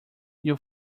your